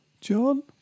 John